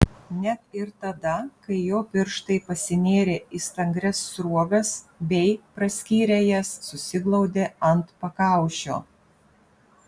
net ir tada kai jo pirštai pasinėrė į stangrias sruogas bei praskyrę jas susiglaudė ant pakaušio